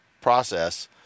process